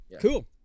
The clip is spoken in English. Cool